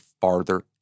farther